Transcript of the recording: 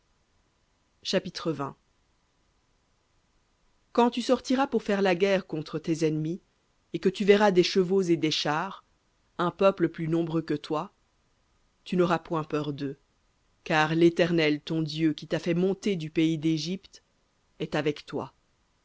chapitre quand tu sortiras pour faire la guerre contre tes ennemis et que tu verras des chevaux et des chars un peuple plus nombreux que toi tu n'auras point peur d'eux car l'éternel ton dieu qui t'a fait monter du pays d'égypte est avec toi